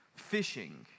fishing